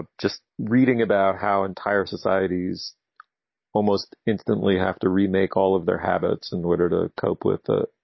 just reading about how entire societies almost instantly have to remake all of their habits in order to cope with. ah